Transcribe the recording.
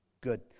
good